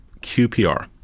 QPR